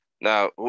Now